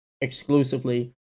exclusively